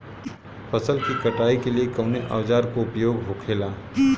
फसल की कटाई के लिए कवने औजार को उपयोग हो खेला?